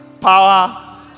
power